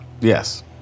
yes